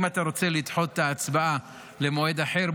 אם אתה רוצה לדחות את ההצבעה למועד אחר,